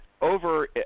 over